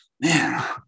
Man